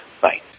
Bye